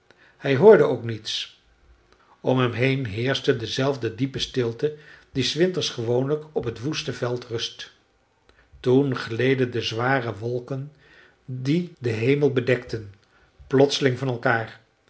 hij hoorde ook niets om hem heen heerschte dezelfde diepe stilte die s winters gewoonlijk op t woeste veld rust toen gleden de zware wolken die den hemel bedekten plotseling van elkaar